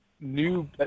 new